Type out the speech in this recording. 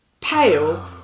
pale